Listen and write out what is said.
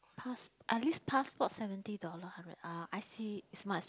pass~ at least passport seventy dollar hundres uh I_C is more expensive